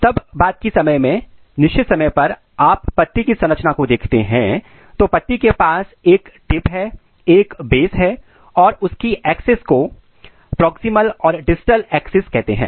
तब बात की समय में एक निश्चित समय पर आप पत्ती की संरचना को देखते हैं तो पत्ती के पास एक टिप है एक बेस है और उसकी एक्सेस को प्रॉक्सिमल और डिस्टल एक्सेस कहते हैं